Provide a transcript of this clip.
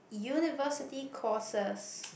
University courses